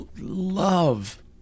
love